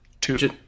two